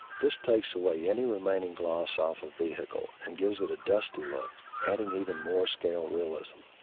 this takes away any remaining gloss off a vehicle, and gives it a dusty look adding even more scale realism.